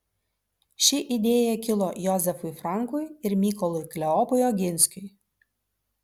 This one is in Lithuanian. ši idėja kilo jozefui frankui ir mykolui kleopui oginskiui